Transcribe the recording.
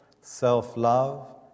self-love